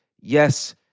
yes